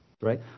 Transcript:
right